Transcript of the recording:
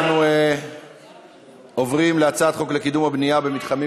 אנחנו עוברים להצבעה על הצעת חוק לקידום הבנייה במתחמים